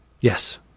Yes